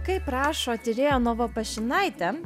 kaip rašo tyrėja novopašinaitė